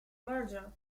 merger